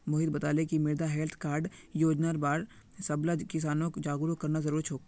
मोहित बताले कि मृदा हैल्थ कार्ड योजनार बार सबला किसानक जागरूक करना जरूरी छोक